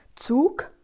Zug